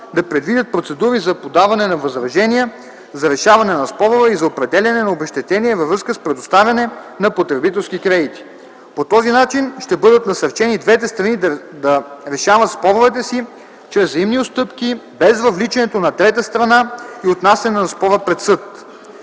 да предвидят процедури за подаване на възражения за решаване на спорове и за определяне на обезщетения във връзка с предоставяне на потребителски кредити. По този начин ще бъдат насърчени и двете страни да решават споровете си чрез взаимни отстъпки без въвличането на трета страна и отнасяне на спора пред съд.